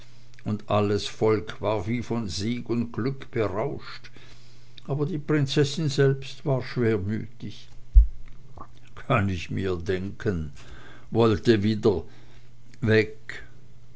und alles volk war wie von sieg und glück berauscht aber die prinzessin selbst war schwermütig kann ich mir denken wollte wieder weg